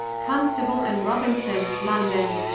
constable and robinson, london.